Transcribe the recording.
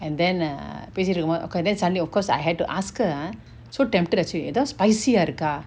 and then err பேசிட்டு இருக்குபோது:pesitu irukupothu okay then suddenly of course I had to ask her ah so tempted ஆச்சு எதோ:aachu etho spicy ah இருக்கா:iruka